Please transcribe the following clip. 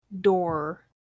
door